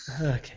Okay